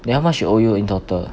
then how much she owe you in total